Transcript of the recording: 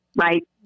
right